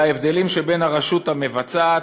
ההבדלים שבין הרשות המבצעת,